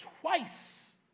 twice